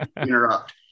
interrupt